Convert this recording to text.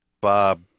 Bob